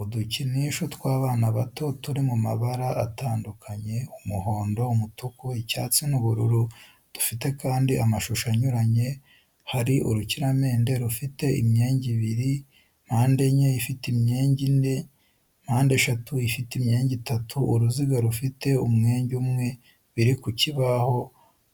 Udukinisho tw'abana bato turi mu mabara atandukanye umuhondo, umutuku, icyatsi, n'ubururu dufite kandi amashusho anyuranye hari urukiramende rufite imyenge ibiri, mpandenye ifite imyenge ine, mpandeshatu ifite imyenge itatu, uruziga rufite umwenge umwe, biri ku kabaho